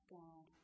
God